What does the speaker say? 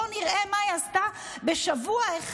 בואו נראה מה היא עשתה בשבוע אחד,